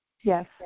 Yes